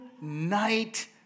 night